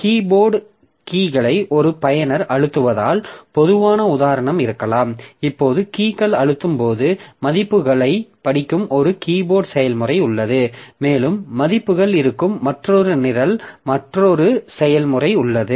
keyboard கீகளை ஒரு பயனர் அழுத்துவதால் பொதுவான உதாரணம் இருக்கலாம் இப்போது கீகள் அழுத்தும் போது மதிப்புகளைப் படிக்கும் ஒரு கீபோர்ட் செயல்முறை உள்ளது மேலும் மதிப்புகள் இருக்கும் மற்றொரு நிரல் மற்றொரு செயல்முறை உள்ளது